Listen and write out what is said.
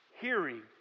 hearing